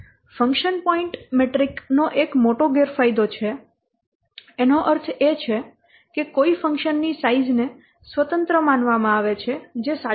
function point metric નો એક મોટો ગેરફાયદો છે એનો અર્થ એ કે કોઈ ફંકશન ની સાઈઝ ને સ્વતંત્ર માનવામાં આવે છે જે સાચું નથી